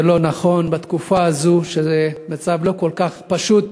זה לא נכון בתקופה הזאת, שהמצב לא כל כך פשוט,